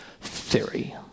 theory